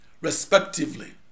respectively